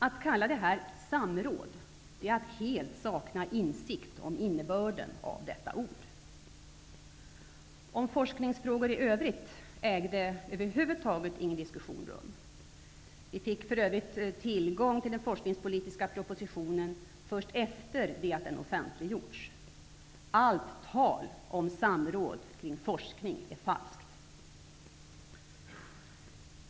Att kalla detta samråd är att helt sakna insikt om innebörden av detta ord. Om forskningsfrågor i övrigt ägde över huvud taget ingen diskussion rum. Vi fick för övrigt tillgång till den forskningspolitiska propositionen först efter det att den offentliggjorts. Allt tal om samråd kring forskning är falskt.